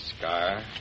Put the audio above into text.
Scar